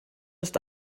ist